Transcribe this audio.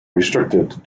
restricted